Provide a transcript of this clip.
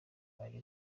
bageze